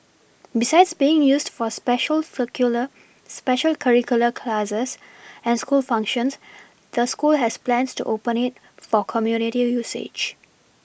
besides being used for special circular special curricular classes and school functions the school has plans to open it for community usage